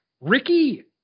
Ricky